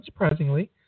unsurprisingly